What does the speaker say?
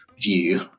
view